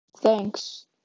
Thanks